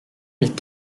mit